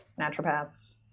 naturopaths